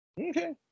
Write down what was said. Okay